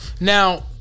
Now